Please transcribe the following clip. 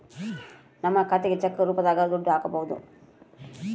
ನಮ್ ಖಾತೆಗೆ ಚೆಕ್ ರೂಪದಾಗ ದುಡ್ಡು ಹಕ್ಬೋದು